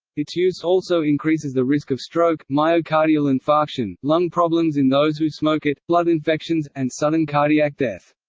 its use also increases the risk of stroke, myocardial infarction, lung problems in those who smoke it, blood infections, and sudden cardiac death.